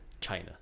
China